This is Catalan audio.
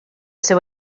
seu